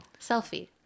Selfie